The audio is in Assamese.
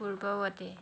পূৰ্ৱৱৰ্তী